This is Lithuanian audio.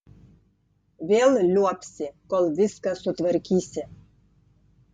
vėl liuobsi kol viską sutvarkysi